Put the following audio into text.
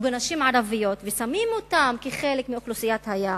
ובנשים ערביות, ושמים אותן כחלק מאוכלוסיית היעד,